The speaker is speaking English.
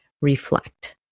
reflect